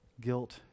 Guilt